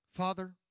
Father